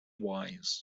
wise